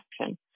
action